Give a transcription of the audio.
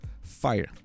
fire